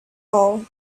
all